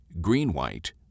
green-white